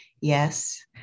Yes